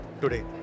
today